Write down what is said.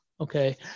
okay